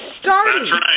Starting